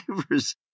drivers